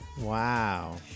Wow